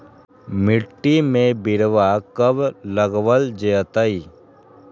मिट्टी में बिरवा कब लगवल जयतई?